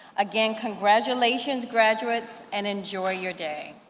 again, congratulations, graduates. and enjoy your day.